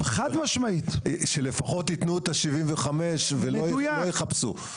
שלפחות יתנו את ה-75% ולא יחפשו.